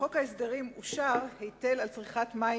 בחוק ההסדרים אושר היטל על צריכת מים